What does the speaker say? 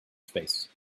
space